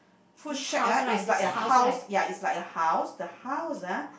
food shack ah its like a house ya it's like a house the house ah